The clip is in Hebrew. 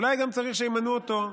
אולי גם צריך שימנו אותו,